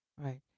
Right